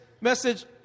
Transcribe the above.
message